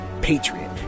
patriot